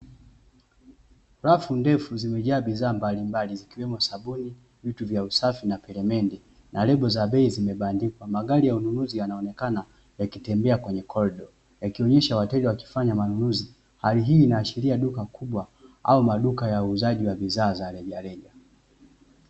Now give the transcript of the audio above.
Rafu ndefu zimejaa bidhaa mbalimbali zikiwemo: sabuni, vitu vya usafi na peremende; na lebo za bei zimebandikwa. Magari ya wanunuzi yanonekana yakitembea kwenye korido yakionyesha wateja wakifanya manunuzi. Hali hii inaashiria duka kubwa au maduka ya uuzaji wa bidhaa za rejareja.